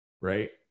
right